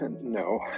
No